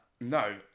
No